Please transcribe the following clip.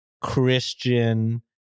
christian